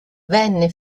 venne